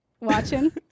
Watching